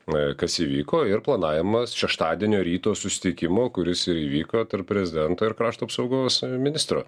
na kas įvyko ir planavimas šeštadienio ryto susitikimo kuris ir įvyko tarp prezidento ir krašto apsaugos ministro